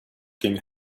king